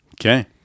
okay